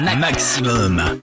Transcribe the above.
Maximum